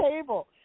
table